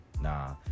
nah